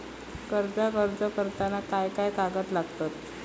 कर्जाक अर्ज करताना काय काय कागद लागतत?